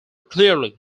clearly